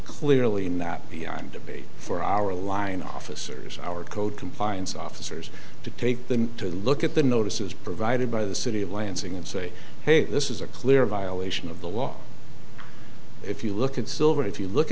clearly not beyond debate for our line officers our code compliance officers to take them to look at the notices provided by the city of lansing and say hey this is a clear violation of the law if you look at silver if you look